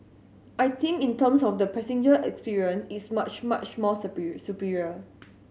I think in terms of the passenger experience it's much much more superior superior